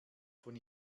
von